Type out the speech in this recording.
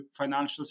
financials